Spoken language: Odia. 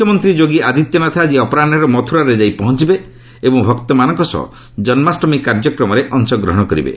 ମୁଖ୍ୟମନ୍ତ୍ରୀ ଯୋଗୀ ଆଦିତ୍ୟନାଥ ଆଜି ଅପରାହ୍ନରେ ମଥୁରାରେ ପହଞ୍ଚିବେ ଏବଂ ଭକ୍ତମାନଙ୍କ ସହ ଜନ୍ମାଷ୍ଟମୀ କାର୍ଯ୍ୟକ୍ରମରେ ଅଂଶଗ୍ରହଣ କରିବେ